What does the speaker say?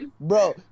bro